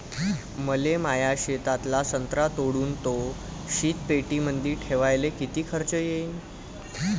मले माया शेतातला संत्रा तोडून तो शीतपेटीमंदी ठेवायले किती खर्च येईन?